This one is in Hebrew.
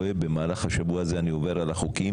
במהלך השבוע הזה אני עובר על החוקים